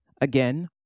Again